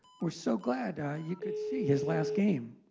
we're so glad you could see his last game.